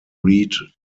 read